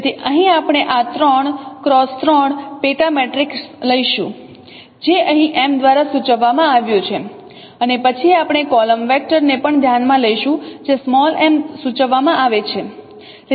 તેથી અહીં આપણે આ 3 X 3 પેટા મેટ્રિક્સ લઈશું જે અહીં M સૂચવવામાં આવ્યું છે અને પછી આપણે કોલમ વેક્ટર ને પણ ધ્યાનમાં લઈશું જે m સૂચવવામાં આવે છે